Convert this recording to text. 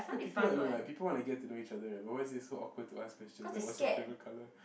ya people no eh people want to get to know each other eh but why is it so awkward to ask questions like what's your favorite colour